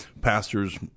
pastors